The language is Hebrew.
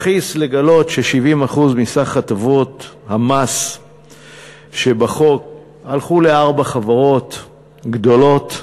מכעיס לגלות ש-70% מסך הטבות המס שבחוק הלכו לארבע חברות גדולות.